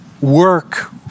work